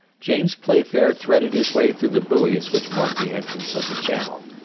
james playfair threaded his way through the buoys which mark the entrance of the channel,